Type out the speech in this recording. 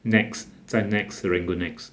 NEX 在 NEX serangoon NEX